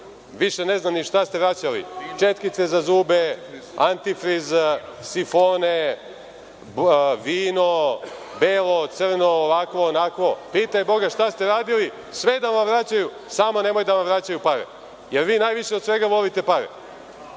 više ne znam ni šta ste vraćali, četkice za zube, antifriz, sifone, vino belo, crno, ovakvo, onakvo. Pitaj Boga šta ste radili, sve da vam vraćaju, samo nemoj da vam vraćaju pare, jer vi najviše od svega volite pare.